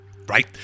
right